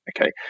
Okay